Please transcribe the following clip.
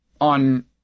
on